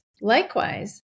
Likewise